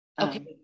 Okay